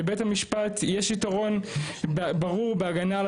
לבית המשפט יש ייתרון ברור בהגנה על